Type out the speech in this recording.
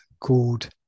called